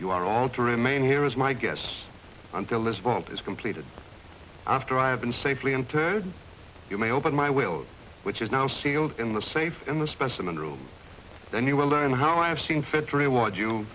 you are all to remain here as my guests until this vote is completed after i have been safely interred you may open my will which is now sealed in the safe in the specimen room and you will learn how i have seen fit to reward you